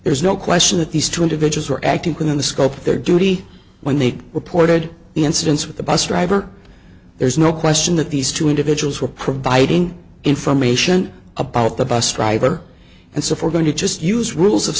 there's no question that these two individuals were acting within the scope of their duty when they reported incidents with the bus driver there's no question that these two individuals were providing information about the bus driver and so for going to just use rules of